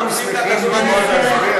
שמחים לשמוע את ההסבר המפורט.